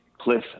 Cliff